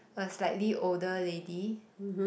was slightly older lady